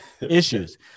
issues